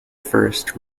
first